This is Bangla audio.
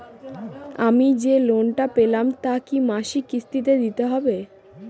আমি যে লোন টা পেলাম তা কি মাসিক কিস্তি তে দিতে হবে?